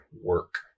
work